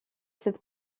cette